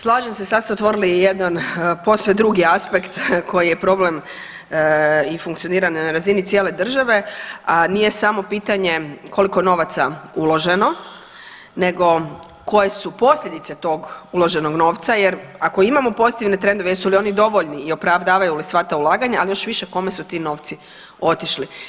Slažem se, sad ste otvorili jedan posve drugi aspekt koji je problem i funkcioniranja na razini cijele države, a nije samo pitanje koliko je novaca uloženo nego koje su posljedice tog uloženog novca jer ako imamo pozitivne trendove jesu li oni dovoljni i opravdavaju li sva ta ulaganja, ali još više kome su ti novci otišli.